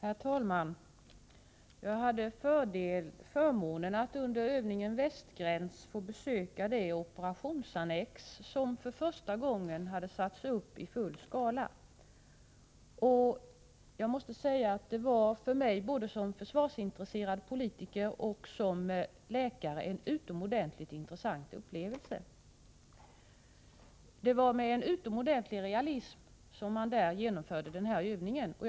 Herr talman! Jag hade förmånen att under övningen Västgräns få besöka det operationsannex som för första gången hade satts upp i full skala. Jag måste säga att för mig både som försvarsintresserad politiker och som läkare var detta en utomordentligt intressant upplevelse. Man genomförde övningen med en synnerligen stor realism.